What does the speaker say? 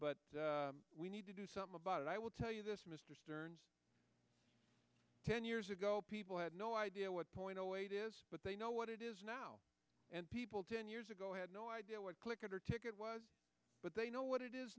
t we need to do something about it i will tell you this mr stearns ten years ago people had no idea what point zero weight is but they know what it is now and people ten years ago had no idea what clicker ticket was but they know what it is